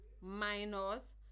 minus